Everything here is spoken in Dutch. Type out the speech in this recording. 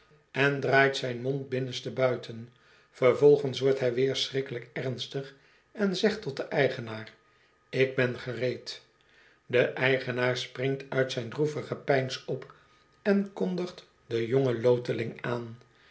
en draait zijn mond t bintn t fbansch vlaamsch land nenste buiten vervolgens wordt hij weer schrikkelijk ernstig en zegt tot den eigenaar ik ben gereed de eigenaar springt uit zijn droevig gepeins op en kondigt den jongen loteling aan